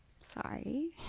Sorry